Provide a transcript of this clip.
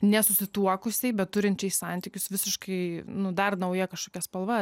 nesusituokusiai bet turinčiai santykius visiškai nu dar nauja kažkokia spalva